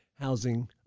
housing